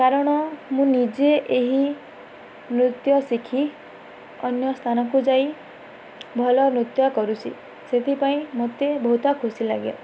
କାରଣ ମୁଁ ନିଜେ ଏହି ନୃତ୍ୟ ଶିଖି ଅନ୍ୟ ସ୍ଥାନକୁ ଯାଇ ଭଲ ନୃତ୍ୟ କରୁଛି ସେଥିପାଇଁ ମୋତେ ବହୁତ ଖୁସି ଲାଗେ